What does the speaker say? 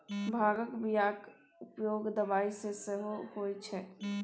भांगक बियाक उपयोग दबाई मे सेहो होए छै